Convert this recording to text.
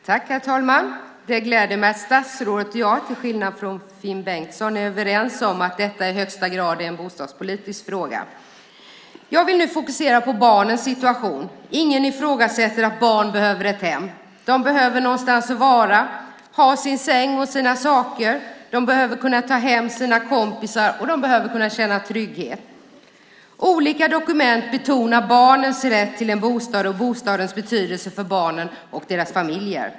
Herr talman! Det gläder mig att statsrådet och jag, till skillnad från Finn Bengtsson är överens om att detta i högsta grad är en bostadspolitisk fråga. Jag vill nu fokusera på barnens situation. Ingen ifrågasätter att barn behöver ett hem. De behöver någonstans att vara och ha sin säng och sina saker, de behöver kunna ta hem sina kompisar och de behöver kunna känna trygghet. Olika dokument betonar barnens rätt till en bostad och bostadens betydelse för barnen och deras familjer.